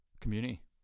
Community